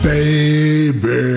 Baby